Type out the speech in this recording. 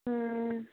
हुँ